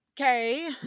okay